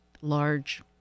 large